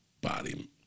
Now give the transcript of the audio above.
body